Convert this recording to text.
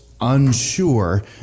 unsure